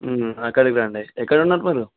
అక్కడకి రండి ఎక్కడ ఉన్నారు మీరు